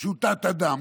שהוא תת-אדם,